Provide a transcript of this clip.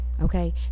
okay